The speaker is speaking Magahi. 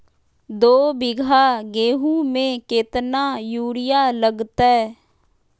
दो बीघा गेंहू में केतना यूरिया लगतै?